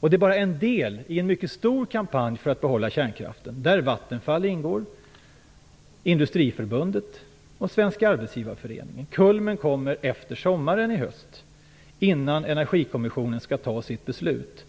Det är bara en del i en mycket stor kampanj för att behålla kärnkraften. Vattenfall, Industriförbundet och Svenska arbetsgivareföreningen ingår i kampanjen. Kulmen uppnås i höst, innan Energikommissionen skall fatta sitt beslut.